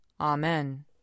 Amen